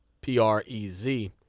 P-R-E-Z